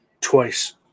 twice